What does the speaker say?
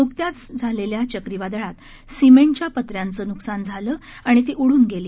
नुकत्याच आलेल्या चक्रीवादळात सिमेंटच्या पत्र्यांचे नुकसान झाले आणि ती उड्न गेली